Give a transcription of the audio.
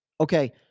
okay